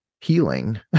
healing